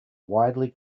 widely